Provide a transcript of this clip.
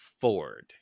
Ford